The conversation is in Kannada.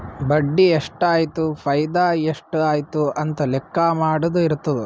ಬಡ್ಡಿ ಎಷ್ಟ್ ಆಯ್ತು ಫೈದಾ ಎಷ್ಟ್ ಆಯ್ತು ಅಂತ ಲೆಕ್ಕಾ ಮಾಡದು ಇರ್ತುದ್